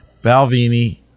Balvini